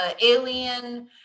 alien